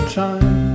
time